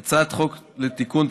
התשע"ח 2018,